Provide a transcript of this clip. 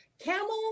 camel